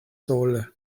sole